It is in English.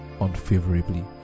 unfavorably